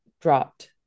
dropped